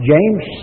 James